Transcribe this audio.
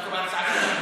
דווקא בהצעה שלי.